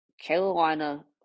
Carolina